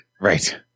Right